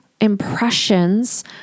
impressions